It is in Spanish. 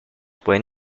pueden